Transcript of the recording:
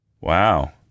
Wow